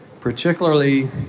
particularly